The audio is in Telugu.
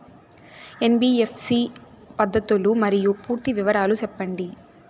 ఎన్.బి.ఎఫ్.సి పద్ధతులు మరియు పూర్తి వివరాలు సెప్పండి?